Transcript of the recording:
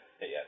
Yes